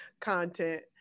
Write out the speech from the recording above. content